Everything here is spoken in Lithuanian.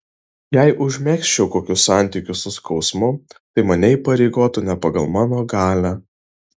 jei užmegzčiau kokius santykius su skausmu tai mane įpareigotų ne pagal mano galią